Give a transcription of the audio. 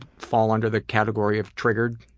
fall under the category of triggered?